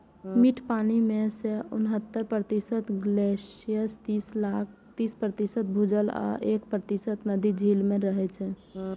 मीठ पानि मे सं उन्हतर प्रतिशत ग्लेशियर, तीस प्रतिशत भूजल आ एक प्रतिशत नदी, झील मे रहै छै